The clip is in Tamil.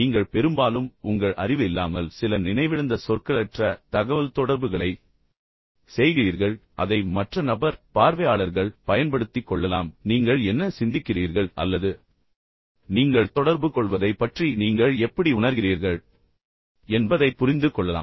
நீங்கள் பெரும்பாலும் உங்கள் அறிவு இல்லாமல் சில நினைவிழந்த சொற்களற்ற தகவல்தொடர்புகளைச் செய்கிறீர்கள் அதை மற்ற நபர் பார்வையாளர்கள் பயன்படுத்திக் கொள்ளலாம் மற்றும் நீங்கள் உண்மையில் என்ன சிந்திக்கிறீர்கள் அல்லது நீங்கள் தொடர்புகொள்வதைப் பற்றி நீங்கள் எப்படி உணர்கிறீர்கள் என்பதைப் புரிந்து கொள்ளலாம்